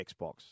Xbox